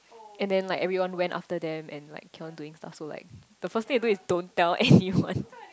and then like everyone went after them and like kept on doing stuff so like the first thing you do is don't tell anyone